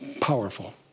powerful